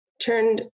turned